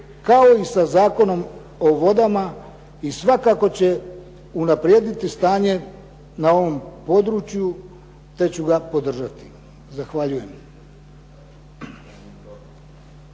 kao i sa Zakonom o vodama i svakako će unaprijediti stanje na ovom području, te ću ga podržati. Zahvaljujem.